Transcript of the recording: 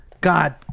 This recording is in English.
God